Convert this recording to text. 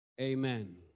amen